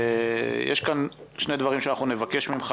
יש כאן שני דברים שאנחנו נבקש ממך,